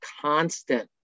constant